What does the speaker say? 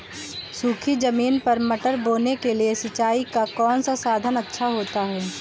सूखी ज़मीन पर मटर बोने के लिए सिंचाई का कौन सा साधन अच्छा होता है?